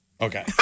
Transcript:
Okay